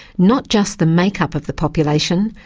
not just the makeup of the population,